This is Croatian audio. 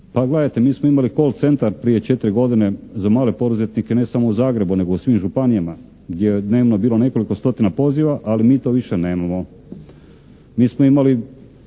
Pa gledajte mi smo imali call centar prije četiri godine za male poduzetnike ne samo u Zagrebu, nego u svim županijama gdje je dnevno bilo nekoliko stotina poziva, ali mi to više nemamo. Mi smo imali